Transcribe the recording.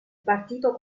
partito